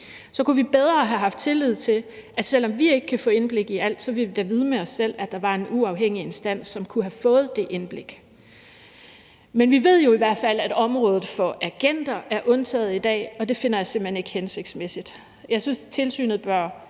Så kunne vi bedre have haft tillid til, at selv om vi ikke kan få indblik i alt, så ville vi da vide med os selv, at der var en uafhængig instans, som kunne have fået det indblik. Men vi ved jo i hvert fald, at området for agenter er undtaget i dag, og det finder jeg simpelt hen ikke hensigtsmæssigt. Jeg synes, at tilsynet